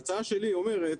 ההצעה שלי אומרת,